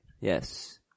Yes